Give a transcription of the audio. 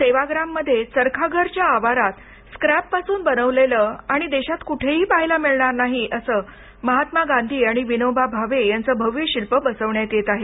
सेवाग्राम मध्ये चरखाघरच्या आवारात स्क्रॅप पासून बनविलेलं देशात कुठेही पाहायला मिळणार नाहीत असं महात्मा गांधी आणि विनोबा भावे यांचं भव्य शिल्प बसविण्यात येत आहे